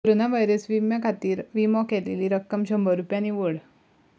corona virus विम्या खातीर विमो केलेली रक्कम शंबर रुपया निवड